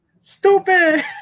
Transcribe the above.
Stupid